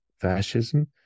fascism